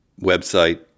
website